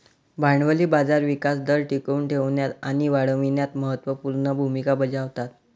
भांडवली बाजार विकास दर टिकवून ठेवण्यात आणि वाढविण्यात महत्त्व पूर्ण भूमिका बजावतात